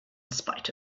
spite